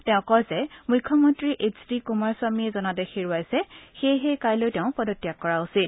তেওঁ কয় যে মুখ্যমন্ত্ৰী এইছ ডি কুমাৰস্বামীয়ে জনাদেশ হেৰুৱাইছে সেয়েহে কাইলৈ তেওঁ পদত্যাগ কৰা উচিত